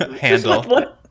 Handle